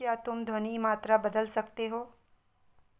क्या तुम ध्वनि मात्रा बदल सकते हो